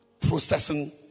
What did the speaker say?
processing